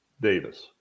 Davis